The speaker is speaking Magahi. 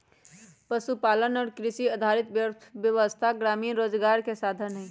पशुपालन और कृषि आधारित अर्थव्यवस्था ग्रामीण रोजगार के साधन हई